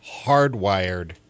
hardwired